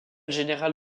général